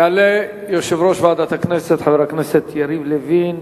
יעלה יושב-ראש ועדת הכנסת חבר הכנסת יריב לוין.